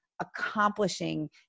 accomplishing